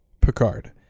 Picard